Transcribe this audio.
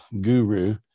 guru